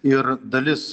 ir dalis